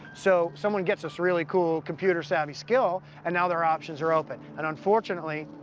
so someone gets this really cool, computer-savvy skill, and now their options are open. and, unfortunately,